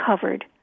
covered